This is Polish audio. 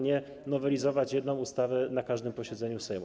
Nie nowelizować jednej ustawy na każdym posiedzeniu Sejmu.